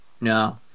No